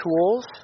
tools